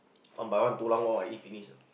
one by one tulang all I eat finish